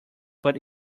but